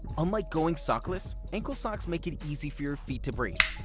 unlike going sockless, ankle socks make it easy for your feet to breathe,